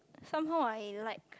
somehow I like